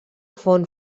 font